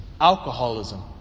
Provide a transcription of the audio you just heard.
alcoholism